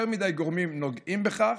יותר מדי גורמים נוגעים בכך.